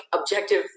objective